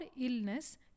illness